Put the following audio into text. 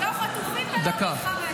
לא חטופים ולא מלחמה.